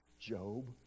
Job